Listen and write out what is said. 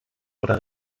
oder